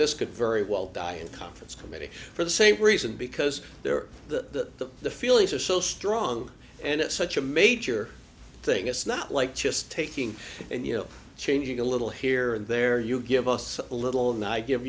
this could very well die in conference committee for the same reason because there are the the feelings are so strong and it's such a major thing it's not like just taking and you know changing a little here and there you give us a little and i give